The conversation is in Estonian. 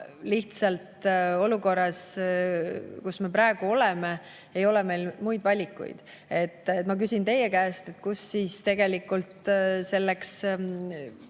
Lihtsalt olukorras, kus me praegu oleme, ei ole meil muid valikuid. Ma küsin teie käest: kust siis nendeks kõikideks